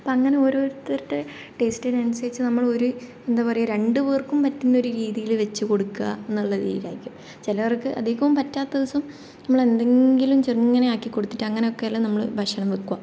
അപ്പം അങ്ങനെ ഓരോരുത്തരുടെ ടേസ്റ്റിനനുസരിച്ച് നമ്മൾ ഒരു എന്താണ് പറയുക രണ്ടുപേർക്കും പറ്റുന്ന ഒരു രീതിയിൽ വെച്ചുകൊടുക്കുക എന്നുള്ള രീതിയിലായിരിക്കും ചിലർക്ക് അധികവും പറ്റാത്ത ദിവസം നമ്മൾ എന്തെങ്കിലും ചെറുങ്ങനെ ആക്കി കൊടുത്തിട്ട് അങ്ങനെയൊക്കെ അല്ലേ നമ്മൾ ഭക്ഷണം വയ്ക്കുക